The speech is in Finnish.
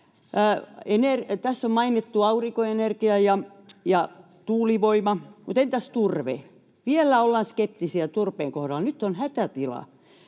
Tässä on mainittu aurinkoenergia ja tuulivoima, mutta entäs turve? Vielä ollaan skep-tisiä turpeen kohdalla. Nyt on hätätila.